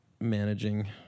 managing